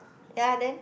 ya then